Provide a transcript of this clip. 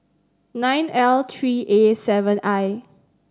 nine L three A seven I